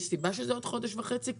יש סיבה שזה עוד חודש וחצי?